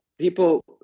People